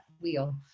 wheel